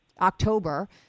October